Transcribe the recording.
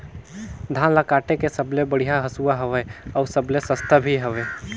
धान ल काटे के सबले बढ़िया हंसुवा हवये? अउ सबले सस्ता भी हवे?